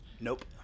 Nope